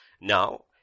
Now